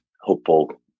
hopeful